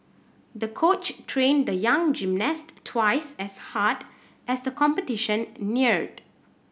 the coach trained the young gymnast twice as hard as the competition neared